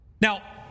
Now